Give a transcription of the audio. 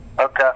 Okay